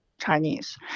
Chinese